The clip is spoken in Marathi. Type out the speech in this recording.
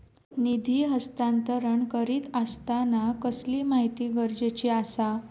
निधी हस्तांतरण करीत आसताना कसली माहिती गरजेची आसा?